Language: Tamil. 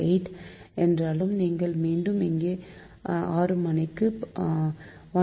8 என்றாலும் நீங்கள் மீண்டும் இங்கே இந்த 6 மணிக்கு 1